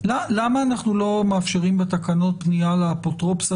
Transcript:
למה אנחנו לא מאפשרים בתקנות פנייה לאפוטרופסה